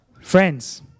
Friends